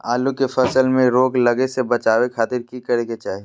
आलू के फसल में रोग लगे से बचावे खातिर की करे के चाही?